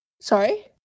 Sorry